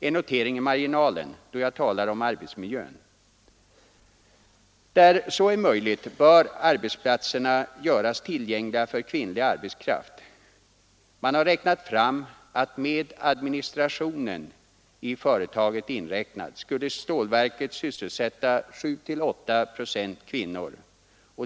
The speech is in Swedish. En notering i marginalen, då jag talar om arbetsmiljön: Där så är möjligt bör arbetsplatserna göras tillgängliga för kvinnlig arbetskraft. Man har funnit att med administrationen i företaget inräknad skulle stålverket sysselsätta 7 å 8 procent kvinnor.